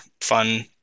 fun